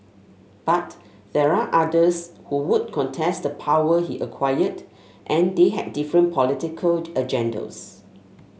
but there are others who would contest the power he acquired and they had different political agendas